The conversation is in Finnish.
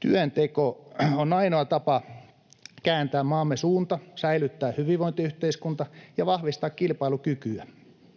Työnteko on ainoa tapa kääntää maamme suunta, säilyttää hyvinvointiyhteiskunta ja vahvistaa kilpailukykyä.